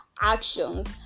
actions